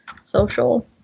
social